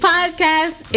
Podcast